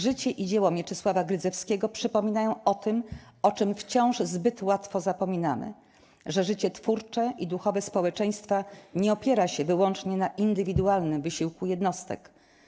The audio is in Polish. Życie i dzieło Mieczysława Grydzewskiego przypominają o tym, o czym wciąż zbyt łatwo zapominamy: że życie twórcze i duchowe społeczeństwa nie opiera się wyłącznie na indywidualnym wysiłku jednostek.